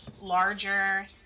larger